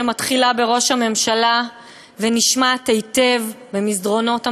שמתחילה בראש הממשלה ונשמעת היטב במסדרונות הממשלה,